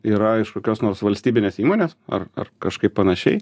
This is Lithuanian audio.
yra iš kokios nors valstybinės įmonės ar ar kažkaip panašiai